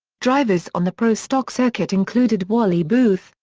drivers on the pro stock circuit included wally booth,